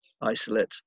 isolate